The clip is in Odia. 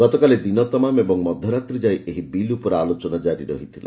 ଗତକାଲି ଦିନତମାମ ଓ ମଧ୍ୟରାତ୍ରୀଯାଏଁ ଏହି ବିଲ୍ ଉପରେ ଆଲୋଚନା ଜାରି ରହିଥିଲା